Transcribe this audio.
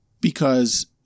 because-